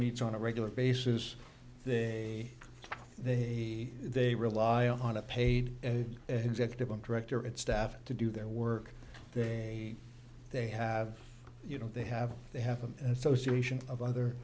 meets on a regular basis they they they rely on a paid an executive director at staff to do their work they they have you know they have they have an association of other